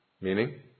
Meaning